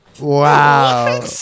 Wow